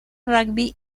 rugby